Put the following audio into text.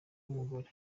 w’umugore